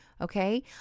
Okay